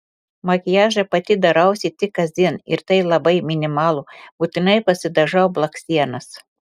makiažą pati darausi tik kasdien ir tai labai minimalų būtinai pasidažau blakstienas